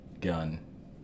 gun